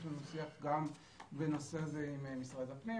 יש לנו שיח גם בנושא זה עם משרד הפנים